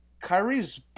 Kyrie's